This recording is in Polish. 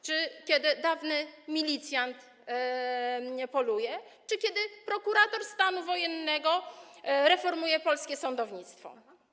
Czy kiedy dawny milicjant poluje, czy kiedy prokurator stanu wojennego reformuje polskie sądownictwo?